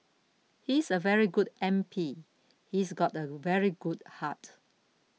he's a very good M P he's got a very good heart